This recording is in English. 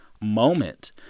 moment